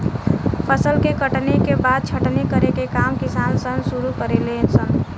फसल के कटनी के बाद छटनी करे के काम किसान सन शुरू करे ले सन